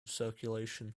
circulation